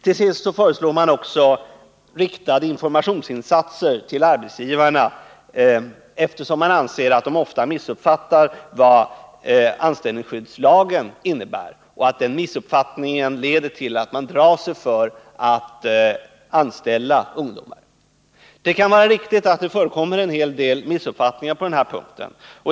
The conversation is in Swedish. Till sist föreslår man också riktade informationsinsatser när det gäller arbetsgivarna, eftersom man anser att dessa ofta missuppfattar vad anställningsskyddslagen innebär och eftersom den missuppfattningen leder till att arbetsgivarna drar sig för att anställa ungdomar. Det kan vara riktigt att det förekommer en del missuppfattningar på den punkten.